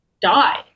die